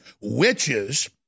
witches